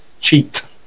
cheat